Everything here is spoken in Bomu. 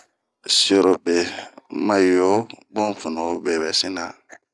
Sierobe ma yoo, bun sunuwob be bɛ sina.